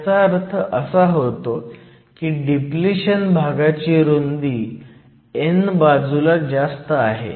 ह्याचा अर्थ असा होतो की डिप्लिशन भागाची रुंदी n बाजूला जास्त आहे